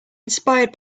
inspired